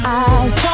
eyes